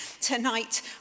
Tonight